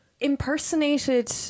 impersonated